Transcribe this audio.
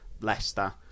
Leicester